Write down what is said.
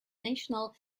national